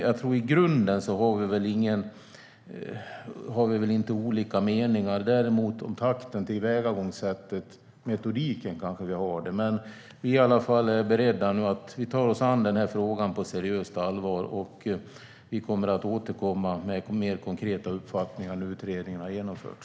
Jag tror inte att vi har olika meningar i grunden men kanske om takten, tillvägagångssättet och metodiken. Men vi tar oss i alla fall an den här frågan seriöst och med allvar och återkommer med mer konkreta uppfattningar när utredningen har genomförts.